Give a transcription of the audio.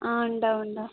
ആ ഉണ്ടാവും ഉണ്ടാവും